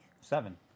Seven